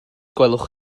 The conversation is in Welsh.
gwelwch